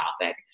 topic